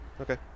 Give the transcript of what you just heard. Okay